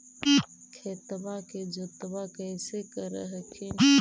खेतबा के जोतय्बा कैसे कर हखिन?